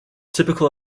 typical